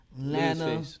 Atlanta